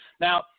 now